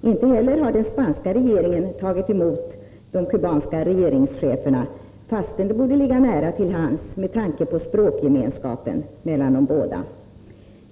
Den spanska regeringen har inte heller tagit emot de kubanska regeringscheferna, fastän det borde ligga nära till hands med tanke på språkgemenskapen mellan de båda länderna.